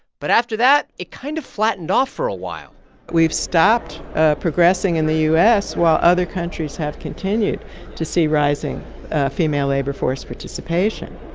but after that, it kind of flattened off for a while we've stopped ah progressing in the u s. while other countries have continued to see rising female labor force participation.